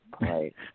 Right